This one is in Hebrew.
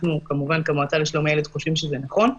אנחנו כמובן כמועצה לשלום הילד חושבים שזה נכון,